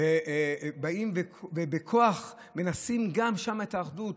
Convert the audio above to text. באים ובכוח מנסים גם שם את האחדות,